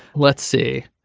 let's see.